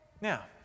Now